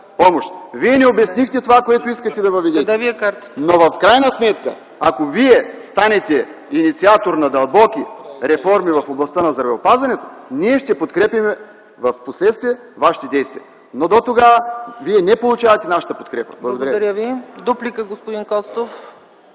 Вие не обяснихте това, което искате да въведете. В крайна сметка, ако Вие станете инициатор на дълбоки реформи в областта на здравеопазването, ние ще подкрепяме впоследствие Вашите действия, но дотогава Вие не получавате нашата подкрепа. Благодаря Ви. ПРЕДСЕДАТЕЛ ЦЕЦКА